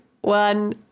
one